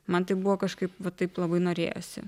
man tai buvo kažkaip va taip labai norėjosi